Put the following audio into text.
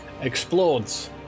explodes